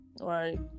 right